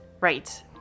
right